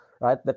right